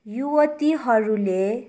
युवतीहरूले